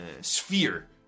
Sphere